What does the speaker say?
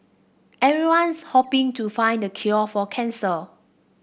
everyone's hoping to find the cure for cancer